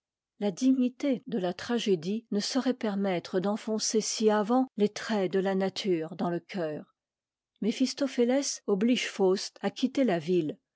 la dignité de la tragédie ne saurait permettre d'enfoncer si avant les traits de la nature dans le cœur méphistophé ès oblige faust à quitter la ville